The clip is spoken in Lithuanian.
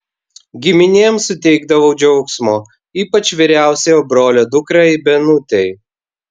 giminėm suteikdavau džiaugsmo ypač vyriausiojo brolio dukrai benutei